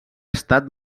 estat